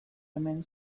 hemen